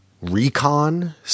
Recon